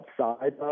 outside